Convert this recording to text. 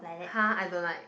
!huh! I don't like